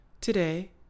Today